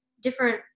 different